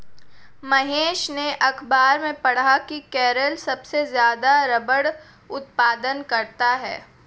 महेश ने अखबार में पढ़ा की केरल सबसे ज्यादा रबड़ उत्पादन करता है